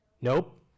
Nope